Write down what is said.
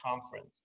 conference